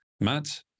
Matt